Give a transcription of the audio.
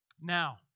Now